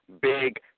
big